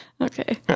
Okay